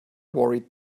worried